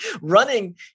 Running